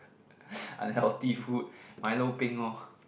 unhealthy food milo peng lor